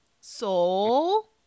Soul